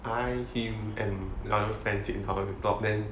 I him and another friend 健浩 talk then